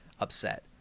upset